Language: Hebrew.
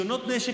נשק.